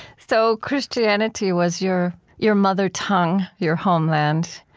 so christianity was your your mother tongue, your homeland.